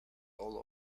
all